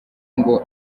ngo